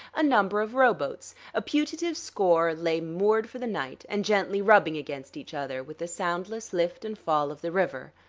a number of rowboats, a putative score, lay moored for the night and gently rubbing against each other with the soundless lift and fall of the river.